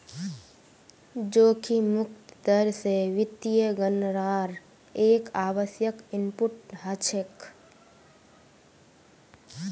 जोखिम मुक्त दर स वित्तीय गणनार एक आवश्यक इनपुट हछेक